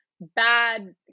bad